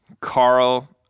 Carl